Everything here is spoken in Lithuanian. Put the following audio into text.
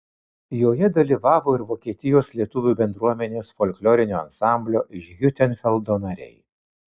joje dalyvavo ir vokietijos lietuvių bendruomenės folklorinio ansamblio iš hiutenfeldo nariai